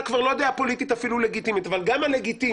כבר לא דעה פוליטית לגיטימית אבל גם הלגיטימית,